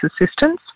assistance